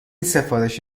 سفارش